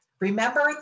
remember